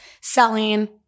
selling